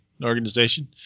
organization